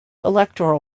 electoral